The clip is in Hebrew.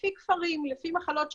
לפי כפרים, לפי מחלות שכיחות.